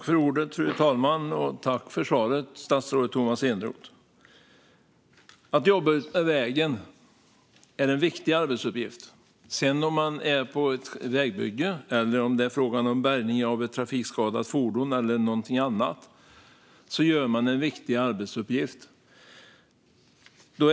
Fru talman! Tack för svaret, statsrådet Tomas Eneroth! Att jobba utmed vägen är en viktig arbetsuppgift. Oavsett om man är på ett vägbygge, bärgar ett trafikskadat fordon eller utför någonting annat utför man en viktig arbetsuppgift.